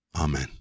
Amen